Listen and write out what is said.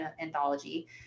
anthology